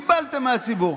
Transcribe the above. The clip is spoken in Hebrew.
קיבלתם מהציבור,